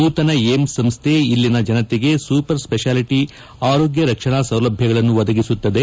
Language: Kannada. ನೂತನ ಏಮ್ಸ್ ಸಂಸ್ಥೆ ಇಲ್ಲಿಯ ಜನತೆಗೆ ಸೂಪರ್ ಸ್ವೆತಾಲಿಟ ಆರೋಗ್ಯ ರಕ್ಷಣಾ ಸೌಲಭ್ಯಗಳನ್ನು ಒದಗಿಸುತ್ತದೆ